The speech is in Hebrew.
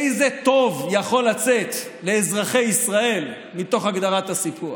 איזה טוב יכול לצאת לאזרחי ישראל מתוך הגדרת הסיפוח?